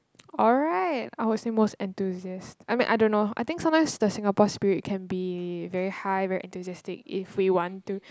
alright I was the most enthusiast I mean I don't know I think sometimes the Singapore spirit can be very high very enthusiastic if we want to